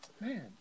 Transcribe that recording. man